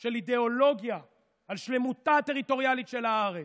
של אידיאולוגיה על שלמותה הטריטוריאלית של הארץ,